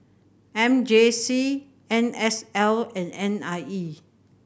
M J C N S L and N I E